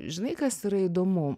žinai kas yra įdomu